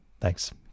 Thanks